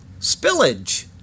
Spillage